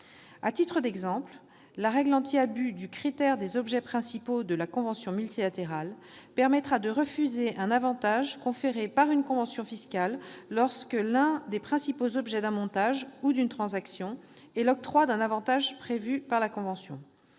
À titre d'exemple, la règle anti-abus du critère des objets principaux de la convention multilatérale permettra de refuser un avantage conféré par une convention fiscale lorsque l'un des principaux objets d'un montage ou d'une transaction est l'octroi d'un avantage prévu par la convention.